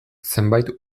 zenbait